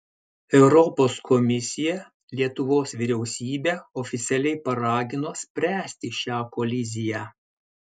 europos komisija lietuvos vyriausybę oficialiai paragino spręsti šią koliziją